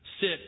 Sit